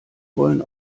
wollen